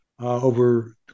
over